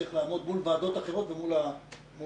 נצטרך לעמוד מול ועדות אחרות ומול הממשלה: